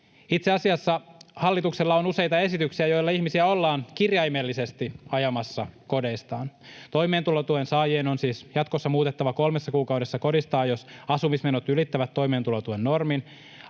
Itse asiassa hallituksella on useita esityksiä, joilla ihmisiä ollaan kirjaimellisesti ajamassa kodeistaan. Toimeentulotuen saajien on siis jatkossa muutettava kolmessa kuukaudessa kodistaan, jos asumismenot ylittävät toimeentulotuen normin.